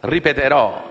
ripeterò